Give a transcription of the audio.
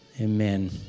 Amen